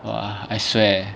!wah! I swear